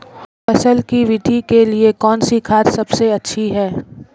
फसल की वृद्धि के लिए कौनसी खाद सबसे अच्छी है?